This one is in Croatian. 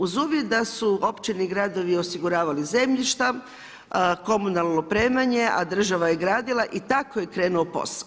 Uz uvjet da su općine i gradovi osiguravali zemljišta, komunalno opremanje, a država je gradila i tako je krenuo POS.